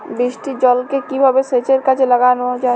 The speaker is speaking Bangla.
বৃষ্টির জলকে কিভাবে সেচের কাজে লাগানো যায়?